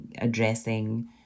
addressing